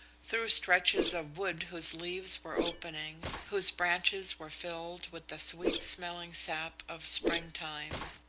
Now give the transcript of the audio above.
through stretches of wood whose leaves were opening, whose branches were filled with the sweet-smelling sap of springtime.